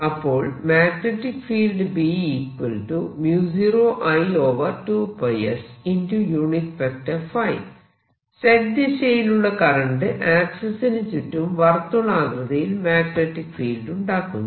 അപ്പോൾ magnetic field Z ദിശയിലുള്ള current ആക്സിസിനു ചുറ്റും വാർത്തുളാകൃതിയിൽ മാഗ്നെറ്റിക് ഫീൽഡ് ഉണ്ടാക്കുന്നു